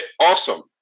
awesome